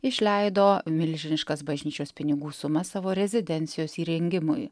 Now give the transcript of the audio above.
išleido milžiniškas bažnyčios pinigų sumas savo rezidencijos įrengimui